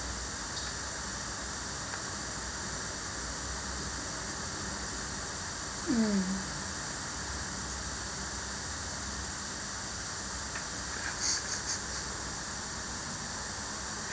mm